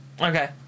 okay